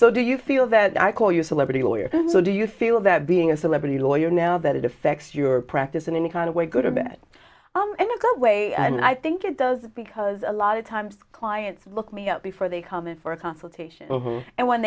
so do you feel that i call you celebrity lawyers so do you feel that being a celebrity lawyer now that it affects your practice in any kind of way good or bad in a good way and i think it does because a lot of times clients look me up before they come in for a consultation and when